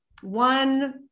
one